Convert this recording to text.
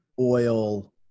oil